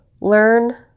learn